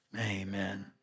Amen